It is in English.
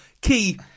Key